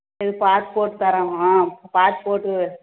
சரி பார்த்து போட்டு தர்றேன்ம்மா பார்த்து போட்டு